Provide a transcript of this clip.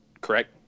correct